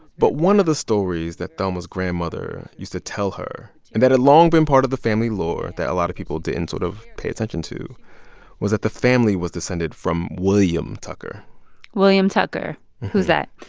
but one of the stories that thelma's grandmother used to tell her and that had long been part of the family lore that a lot of people didn't sort of pay attention to was that the family was descended from william tucker william tucker who's that?